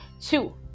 Two